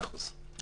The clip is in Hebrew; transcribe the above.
מאה אחוז,